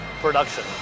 production